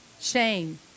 Shame